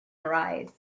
arise